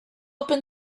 open